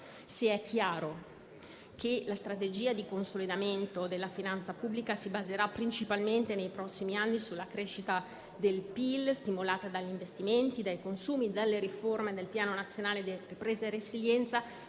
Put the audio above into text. sia chiaro che la strategia di consolidamento della finanza pubblica si baserà principalmente, nei prossimi anni, sulla crescita del PIL, stimolata dagli investimenti, dai consumi e dalle riforme del Piano nazionale di ripresa e resilienza.